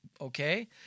Okay